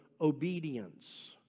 obedience